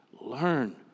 learn